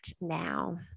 now